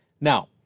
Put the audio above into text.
Now